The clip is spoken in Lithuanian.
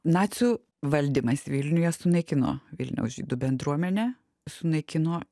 nacių valdymas vilniuje sunaikino vilniaus žydų bendruomenę sunaikino